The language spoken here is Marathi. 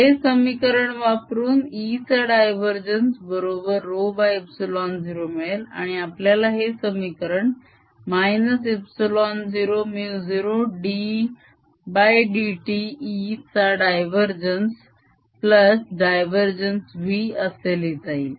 हे समीकरण वापरून E चा डायवरजेन्स बरोबर ρε0 मिळेल आणि आपल्याला हे समीकरण ε0μ0 ddt e चा डायवरजेन्स डायवरजेन्स v असे लिहिता येईल